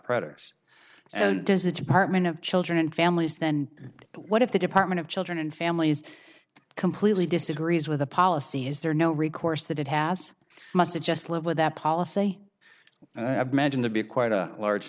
predators so does the department of children and families then what if the department of children and families completely disagrees with the policy is there no recourse that it has must just live with that policy and i've mentioned to be quite a large